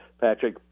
Patrick